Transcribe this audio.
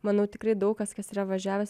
manau tikrai daug kas kas yra važiavęs